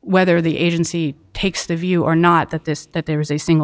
whether the agency takes the view or not that this that there is a single